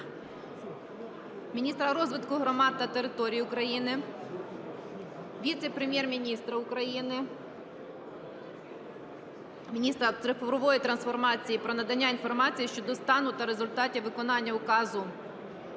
міністра розвитку громад та територій України, Віце-прем'єр-міністра України - міністра цифрової трансформації про надання інформації щодо стану та результатів виконання Указу